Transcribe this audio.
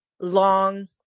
long